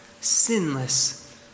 sinless